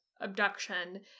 abduction